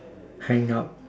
hang up